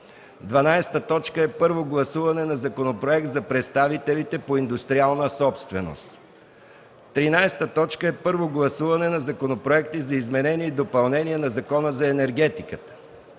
12. Първо гласуване на Законопроект за представителите по индустриална собственост. 13. Първо гласуване на законопроекти за изменение и допълнение на Закона за енергетиката.